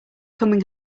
coming